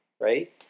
right